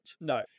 No